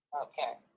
okay